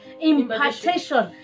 impartation